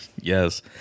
Yes